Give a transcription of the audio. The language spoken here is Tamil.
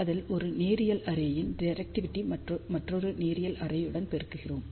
அதில் ஒரு நேரியல் அரேயின் டிரெக்டிவிடியை மற்றொரு நேரியல் அரேயுடன் பெருக்குகிறோம்